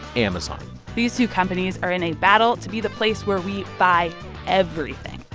amazon these two companies are in a battle to be the place where we buy everything.